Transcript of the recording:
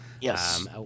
Yes